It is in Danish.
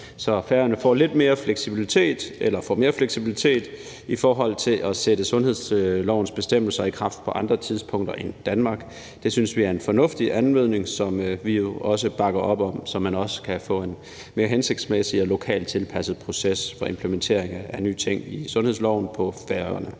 så Færøerne får mere fleksibilitet til at sætte sundhedslovens bestemmelser i kraft på andre tidspunkter, end de sættes i kraft i Danmark. Det synes vi er en fornuftig anmodning, som vi også bakker op om, så man også kan få en mere hensigtsmæssig og lokalt tilpasset proces for implementering af nye ting i sundhedsloven på Færøerne.